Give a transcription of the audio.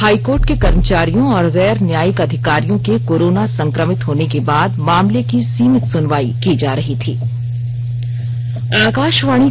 high court के कर्मचारियों और गैर न्यायिक अधिकारियों के कोरोना संक्रमित होने के बाद मामले की सीमित सुनवाई की जा रही थी